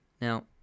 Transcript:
Now